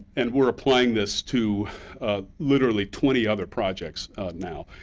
and we're applying this to literally twenty other projects now.